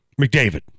McDavid